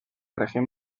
región